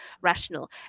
rational